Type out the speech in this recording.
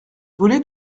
voulait